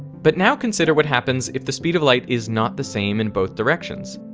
but now consider what happens if the speed of light is not the same in both directions.